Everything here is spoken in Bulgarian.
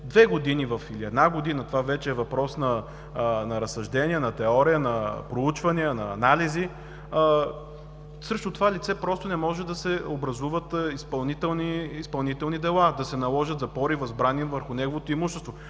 две години или една година, това вече е въпрос на разсъждения, на теория, на проучвания, на анализи, срещу това лице не може да се образуват изпълнителни дела, да се наложат запори, възбрани върху неговото имущество.